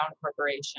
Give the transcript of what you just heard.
Corporation